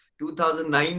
2009